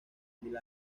mil